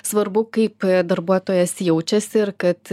svarbu kaip darbuotojas jaučiasi ir kad